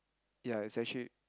ya its actually